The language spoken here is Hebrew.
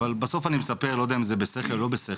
אבל בסוף אני מספר ולא יודע אם זה בשכל או לא בשכל,